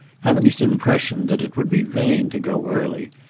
having his impression that it would be vain to go early,